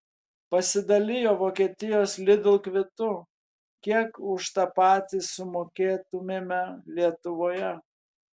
pasidalijo vokietijos lidl kvitu kiek už tą patį sumokėtumėme lietuvoje